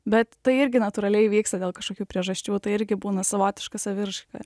bet tai irgi natūraliai vyksta dėl kažkokių priežasčių tai irgi būna savotiška saviraiška